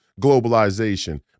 globalization